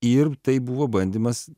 ir tai buvo bandymas